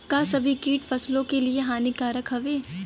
का सभी कीट फसलों के लिए हानिकारक हवें?